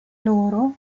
loro